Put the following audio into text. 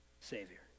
Savior